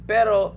Pero